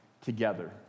together